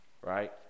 Right